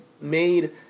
made